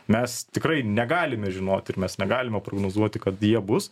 mes tikrai negalime žinoti ir mes negalime prognozuoti kad jie bus